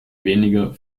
weniger